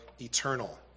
eternal